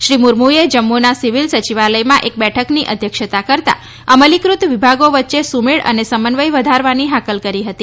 શ્રી મુર્મુએ જમ્મુના સિવિલ સચિવાલયમાં એક બેઠકની અધ્યક્ષતા કરતા અમલીકૃત વિભાગો વચ્ચે સુમેળ અને સમન્વય વધારવાની હાકલ કરી હતી